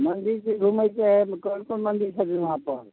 मन्दिर भी घुमैके हइ कोन कोन मन्दिर खोजलहुँ अपन